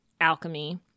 alchemy